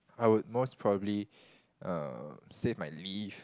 I would most probably um save my leave